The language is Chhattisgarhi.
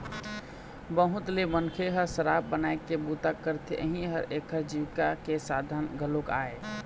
बहुत ले मनखे ह शराब बनाए के बूता करथे, इहीं ह एखर जीविका के साधन घलोक आय